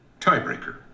Tiebreaker